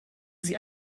sie